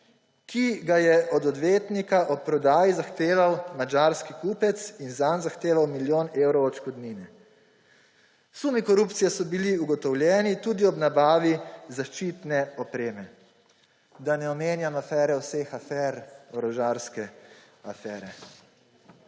ki ga je od odvetnika ob prodaji zahteval madžarski kupec in zanj zahteval milijon evrov odškodnine. Sumi korupcije so bili ugotovljeni tudi ob nabavi zaščitne opreme. Da ne omenjam afere vseh afer − orožarske afere.